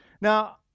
Now